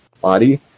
body